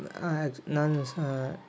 ನಾನು ಸಾ